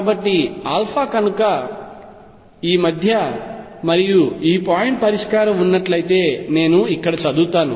కాబట్టి కనుక ఈ మధ్య మరియు ఈ పాయింట్ పరిష్కారం ఉన్నట్లయితే నేను ఇక్కడ చదువుతాను